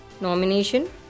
Nomination